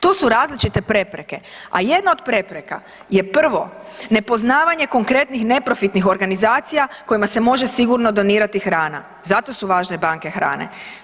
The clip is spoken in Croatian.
To su različite prepreke, a jedna od prepreka je prvo nepoznavanje konkretnih neprofitnih organizacija kojima se može sigurno donirati hrana, zato su važne banke hrane.